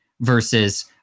versus